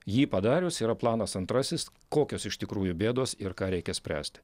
jį padarius yra planas antrasis kokios iš tikrųjų bėdos ir ką reikia spręsti